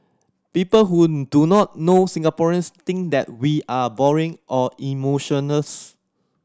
people who do not know Singaporeans think that we are boring or emotionless